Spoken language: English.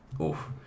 Oof